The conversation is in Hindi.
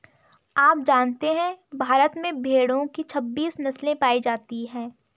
आप जानते है भारत में भेड़ो की छब्बीस नस्ले पायी जाती है